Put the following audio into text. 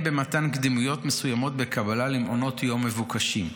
במתן קדימויות מסוימות בקבלה למעונות יום מבוקשים.